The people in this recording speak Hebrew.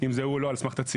אם זה הוא או לא על סמך תצהיר?